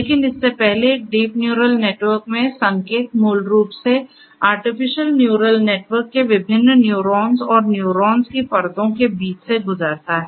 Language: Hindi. लेकिन इससे पहले एक डीप न्यूरल नेटवर्क में संकेत मूल रूप से आर्टिफिशल न्यूरल नेटवर्क के विभिन्न न्यूरॉन्स और न्यूरॉन्स की परतों के बीच से गुजरता हैं